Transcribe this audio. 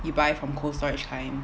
you buy from cold storage kind